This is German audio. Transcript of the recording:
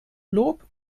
lob